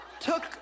took